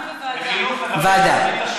ועדה.